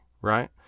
right